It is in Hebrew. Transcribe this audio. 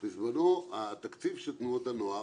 בזמנו התקציב של תנועות הנוער,